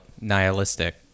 nihilistic